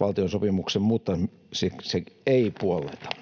valtiosopimuksen muuttamiseksi ei puolleta.